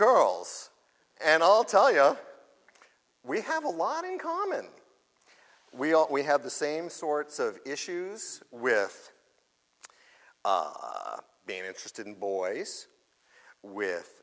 girls and i'll tell you we have a lot in common we all know we have the same sorts of issues with being interested in boys with